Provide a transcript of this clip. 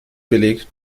belegt